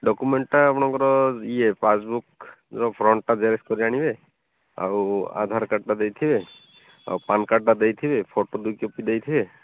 ଡକ୍ୟୁମେଣ୍ଟ୍ଟା ଆପଣଙ୍କର ଇଏ ପାସବୁକ୍ର ଫ୍ରଣ୍ଟ୍ଟା ଜେରକ୍ସ୍ କରିକି ଆଣିବେ ଆଉ ଆଧାର କାର୍ଡ଼ଟା ଦେଇଥିବେ ଆଉ ପ୍ୟାନ୍ କାର୍ଡ଼ଟା ଦେଇଥିବେ ଫୋଟୋ ଦୁଇ କପି ଦେଇଥିବେ